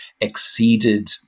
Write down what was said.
exceeded